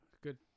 good